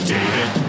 David